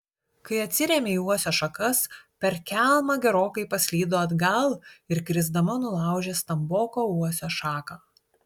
kai atsirėmė į uosio šakas per kelmą gerokai paslydo atgal ir krisdama nulaužė stamboką uosio šaką